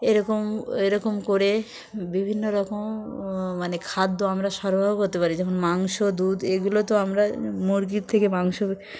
এরকম এরকম করে বিভিন্ন রকম মানে খাদ্য আমরা সরবরাহ করতে পারি যেমন মাংস দুধ এগুলো তো আমরা মুরগির থেকে মাংস